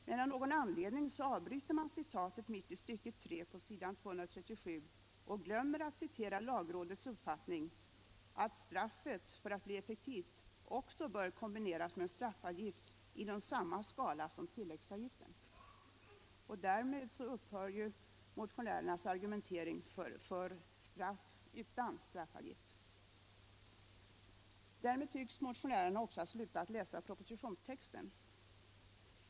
Men av någon anledning avbryter man citatet mitt i tredje "stycket på s. 237 i det i propositionen återgivna yttrandet och glömmer att citera lagrådets uppfattning att straffet, för att bli effektivt, också bör kombineras med cen straffavgift inom samma skala som tilläggsavgiften. Därmed upphör motionärernas argumentering för ett straff utan straffavgift. Och därmed tycks motionärerna också ha slutat läsa propositionstexten.